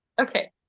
Okay